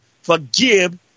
Forgive